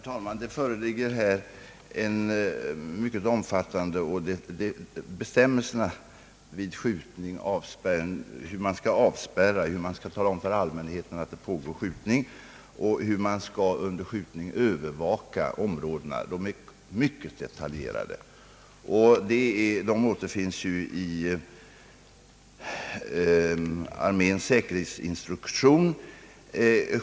Herr talman! Det föreligger här mycket omfattande bestämmelser om hur man vid skjutning skall spärra av området i fråga, hur man skall meddela allmänheten att skjutningar pågår och hur man under skjutningar skall övervaka områdena. Dessa bestämmelser är mycket detaljerade. De återfinns i arméns säkerhetsinstruktion.